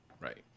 Right